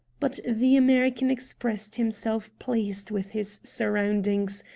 but the american expressed himself pleased with his surroundings,